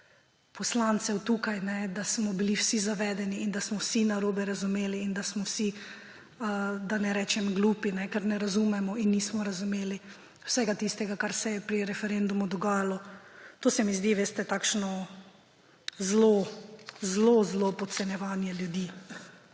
poslancev tukaj, da smo bili vsi zavedeni in da smo vsi narobe razumeli in da smo vsi, da ne rečem glupi, ker ne razumemo in nismo razumeli vsega tistega, kar se je pri referendumu dogajalo, to se mi zdi, veste, zelo zelo podcenjevanje ljudi.